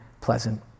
pleasant